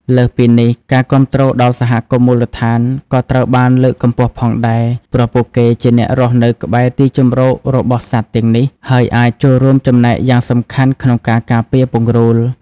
លើសពីនេះ ការគាំទ្រដល់សហគមន៍មូលដ្ឋាន ក៏ត្រូវបានលើកកម្ពស់ផងដែរ ព្រោះពួកគេជាអ្នករស់នៅក្បែរទីជម្រករបស់សត្វទាំងនេះ ហើយអាចចូលរួមចំណែកយ៉ាងសំខាន់ក្នុងការការពារពង្រូល។